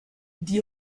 die